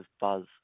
buzz